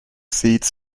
seeds